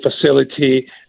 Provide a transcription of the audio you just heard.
facility